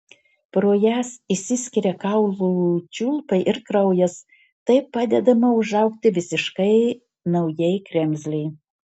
pro jas išsiskiria kaulų čiulpai ir kraujas taip padedama užaugti visiškai naujai kremzlei